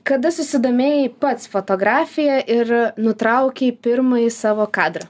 kada susidomėjai pats fotografija ir nutraukei pirmąjį savo kadrą